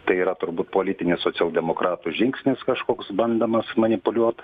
tai yra turbūt politinis socialdemokratų žingsnis kažkoks bandomas manipuliuot